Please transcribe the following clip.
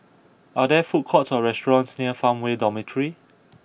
are there food courts or restaurants near Farmway Dormitory